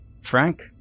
Frank